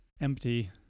empty